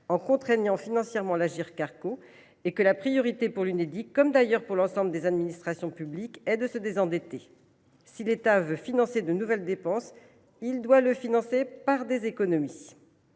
en contraignant financièrement l’Agirc Arrco et, d’autre part, que la priorité pour l’Unédic, comme d’ailleurs pour l’ensemble des administrations publiques, est de se désendetter. Si l’État veut financer de nouvelles dépenses, il doit le faire par des économies.